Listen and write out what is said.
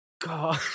God